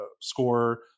score